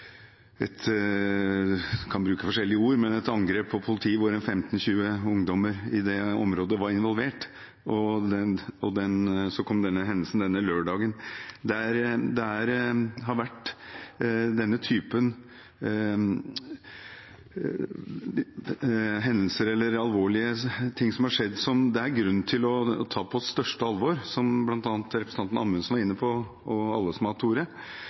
involvert, og så kom denne hendelsen denne lørdagen. Det har vært denne typen hendelser eller alvorlige ting som har skjedd, som det er grunn til å ta på største alvor, som bl.a. representanten Amundsen og alle som har hatt ordet, var inne på. Det jeg vil si at gjelder dette området spesielt, er at Satudarah – som er en internasjonal farlig, kriminell organisasjon som er kjent globalt, og har